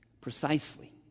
Precisely